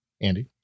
Andy